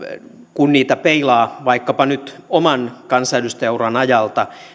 kun niitä peilaa vaikkapa nyt oman kansanedustajauran ajalta